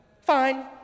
fine